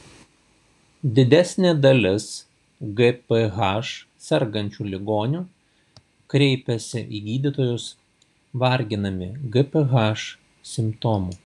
didesnė dalis gph sergančių ligonių kreipiasi į gydytojus varginami gph simptomų